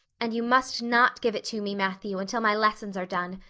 and you must not give it to me, matthew, until my lessons are done,